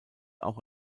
auch